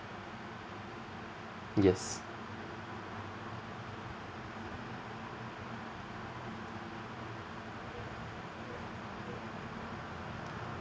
yes